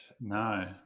No